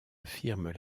affirment